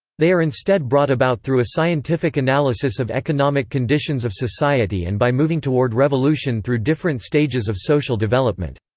they are instead brought about through a scientific analysis of economic conditions of society and by moving toward revolution through different stages of social development.